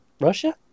Russia